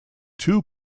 two